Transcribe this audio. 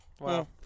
Wow